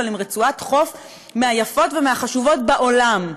אבל עם רצועת חוף מהיפות והחשובות בעולם.